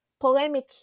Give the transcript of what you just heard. polemic